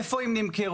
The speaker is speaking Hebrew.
איפה הן נמכרו,